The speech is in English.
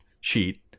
sheet